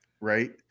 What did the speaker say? Right